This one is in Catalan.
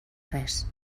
res